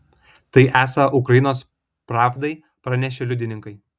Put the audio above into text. tai esą ukrainos pravdai pranešė liudininkai